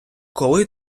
коли